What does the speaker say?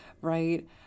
right